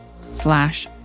slash